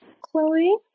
Chloe